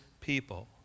people